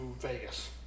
Vegas